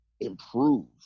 improve